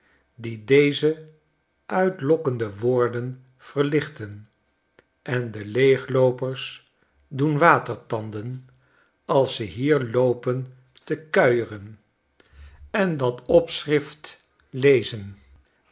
die deze uitlokkende woorden verlichten en de leegloopers doen watertanden als ze hier loopen te kuieren en dat opschrift lezen